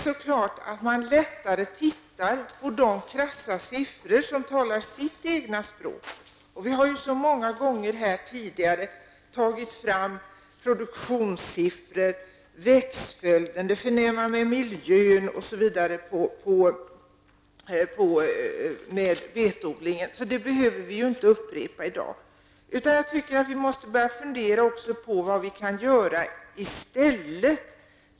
Man tittar lätt på de krassa siffror som talar sitt eget språk. Vi har så många gånger här tidigare tagit fram produktionssiffror, växtföljden, det förnäma med miljön osv. när det gäller betodlingen. Det behöver vi inte upprepa i dag. Jag tycker att vi måste börja fundera på vad vi kan göra i stället.